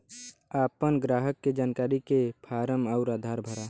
आपन ग्राहक के जानकारी के फारम अउर आधार भरा